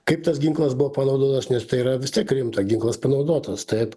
kaip tas ginklas buvo panaudotas nes tai yra vis tiek rimta ginklas panaudotas taip